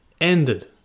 ended